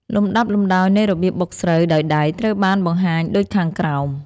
លំដាប់លំដោយនៃរបៀបបុកស្រូវដោយដៃត្រូវបានបង្ហាញដូចខាងក្រោម។